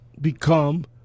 become